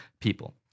people